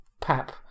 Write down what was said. pap